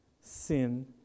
sin